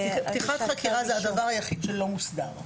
פתיחת חקירה זה הדבר היחיד שלא מוסדר.